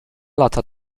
lata